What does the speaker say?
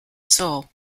seoul